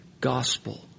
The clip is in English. gospel